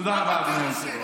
אתם היחידים שעושים למען המדינה.